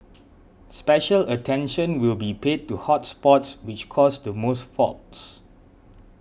special attention will be paid to hot spots which cause the most faults